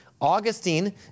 Augustine